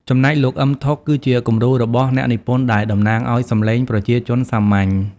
ចំណែកលោក អ៊ឹម ថុក គឺជាគំរូរបស់អ្នកនិពន្ធដែលតំណាងឲ្យសំឡេងប្រជាជនសាមញ្ញ។